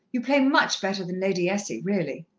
you play much better than lady essie, really!